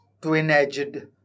twin-edged